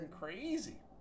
crazy